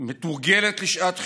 מתורגלת לשעת חירום,